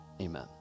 Amen